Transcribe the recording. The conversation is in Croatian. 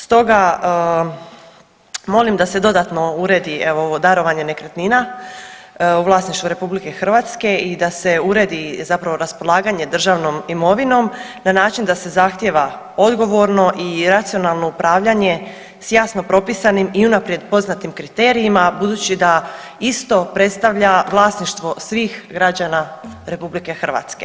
Stoga molim da se dodatno uredi evo ovo darovanje nekretnina u vlasništvu RH i da se uredi zapravo raspolaganje državnom imovinom na način da se zahtjeva odgovorno i racionalno upravljanje s jasno propisanim i unaprijed poznatim kriterijima, a budući da isto predstavlja vlasništvo svih građana RH.